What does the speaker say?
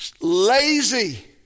lazy